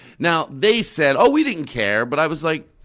now, they said, oh, we didn't care. but i was like,